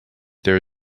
there